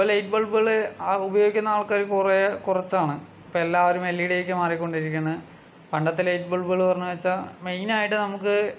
ഇപ്പോൾ ലൈറ്റ് ബൾബുകൾ ഉപയോഗിക്കുന്ന ആൾക്കാർ കുറേ കുറച്ചാണ് ഇപ്പോൾ എല്ലാവരും എൽ ഇ ഡിയിലേക്ക് മാറിക്കൊണ്ടിരിക്കാണ് പണ്ടത്തെ ലൈറ്റ് ബൾബുകൾ പറഞ്ഞാച്ചള്ള് മെയ്നായിട്ട് നമുക്ക്